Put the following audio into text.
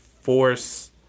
Force